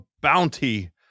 bounty